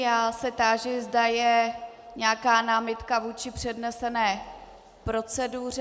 Já se táži, zda je nějaká námitka vůči přednesené proceduře.